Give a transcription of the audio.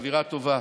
אווירה טובה,